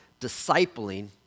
discipling